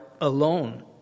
alone